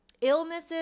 Illnesses